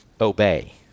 obey